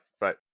Right